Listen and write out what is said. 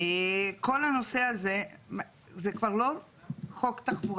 כל הנושא הזה הוא כבר לא חוק תחבורתי,